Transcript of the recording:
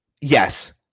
yes